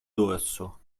dorso